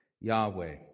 Yahweh